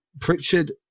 Pritchard